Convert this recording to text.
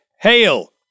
hail